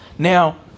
Now